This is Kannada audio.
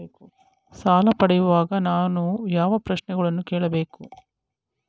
ಸಾಲ ಪಡೆಯುವಾಗ ನಾನು ಯಾವ ಪ್ರಶ್ನೆಗಳನ್ನು ಕೇಳಬೇಕು?